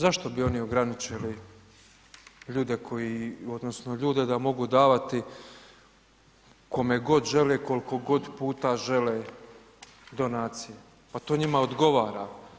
Zašto bi oni ograničili ljude koji, odnosno ljude da mogu davati kome god žele, koliko god puta žele donacije, pa to njima odgovara.